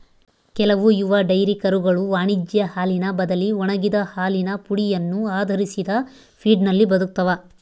ಕೆಲವು ಯುವ ಡೈರಿ ಕರುಗಳು ವಾಣಿಜ್ಯ ಹಾಲಿನ ಬದಲಿ ಒಣಗಿದ ಹಾಲಿನ ಪುಡಿಯನ್ನು ಆಧರಿಸಿದ ಫೀಡ್ನಲ್ಲಿ ಬದುಕ್ತವ